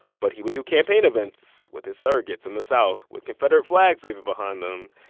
but he would do campaign events with his surrogates in the south with confederate flags waving behind them.